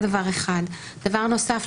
דבר נוסף,